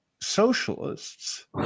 socialists